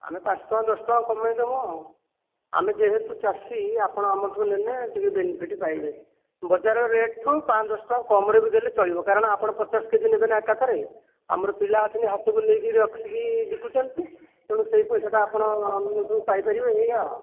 ଆମେ ପାଞ୍ଚ ଟଙ୍କା ଦଶ ଟଙ୍କା କମାଇଦବ ଆଉ ଆମେ ଯେହେତୁ ଚାଷୀ ଆପଣ ଆମଠୁ ନେଲେ ଟିକିଏ ବେନିଫିଟ୍ ପାଇବେ ବଜାର ରେଟ୍ ଠୁ ପାଞ୍ଚ ଦଶ ଟଙ୍କା କମ୍ ରେ ବି ଦେଲେ ଚଳିବ କାରଣ ଆପଣ ପଚାଶ କେଜି ନେବେ ନା ଏକାଥରେ ଆମର ପିଲା ଅଛନ୍ତି ହାଟକୁ ନେଇକି ରଖିକି ବିକୁଛନ୍ତି ତେଣୁ ସେ ପଇସାଟା ଆପଣ ଆମଠୁ ପାଇପାରିବେ ଏଇୟା